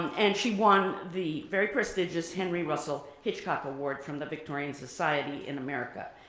and she won the very prestigious henry russel hitchcock award from the victorian society in america.